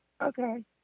Okay